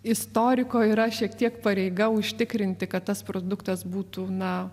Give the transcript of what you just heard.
istoriko yra šiek tiek pareiga užtikrinti kad tas produktas būtų na